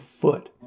foot